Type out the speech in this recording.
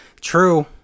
True